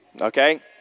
Okay